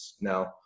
Now